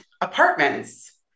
apartments